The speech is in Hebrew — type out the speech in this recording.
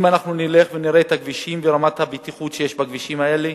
אם אנחנו נלך ונראה את הכבישים ואת רמת הבטיחות בכבישים האלה,